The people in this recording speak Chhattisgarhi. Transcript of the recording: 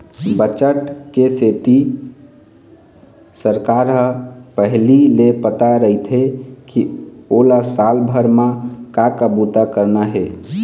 बजट के सेती सरकार ल पहिली ले पता रहिथे के ओला साल भर म का का बूता करना हे